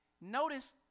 Notice